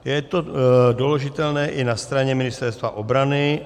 Je to doložitelné i na straně Ministerstva obrany.